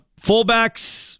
Fullbacks